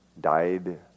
died